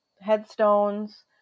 headstones